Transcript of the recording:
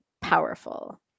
powerful